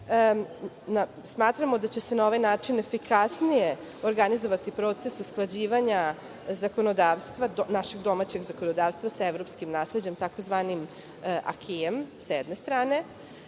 smatramo da će se na ovaj način efikasnije organizovati proces usklađivanja našeg domaćeg zakonodavstva sa evropskim nasleđem tzv. „Akijem“, s jedne strane.